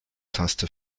taste